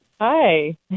Hi